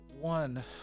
One